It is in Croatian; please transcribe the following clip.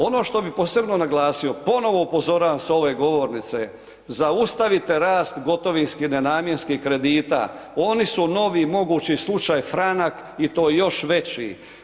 Ono što bih posebno naglasio, ponovo upozoravam sa ove govornice, zaustavite rast gotovinskih nenamjenskih kredita oni su novi mogući slučaj Franak i to još veći.